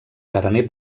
carener